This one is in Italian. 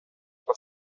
può